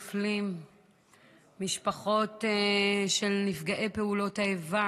איסור פיטורים של בן משפחה בשנת השכול הראשונה),